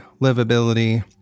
livability